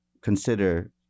consider